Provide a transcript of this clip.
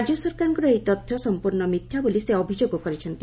ରାଜ୍ୟ ସରକାରଙ୍କ ଏହି ତଥ୍ୟ ସଂପ୍ରର୍ଣ୍ଣ ମିଥ୍ୟା ବୋଲି ସେ ଅଭିଯୋଗ କରିଛନ୍ତି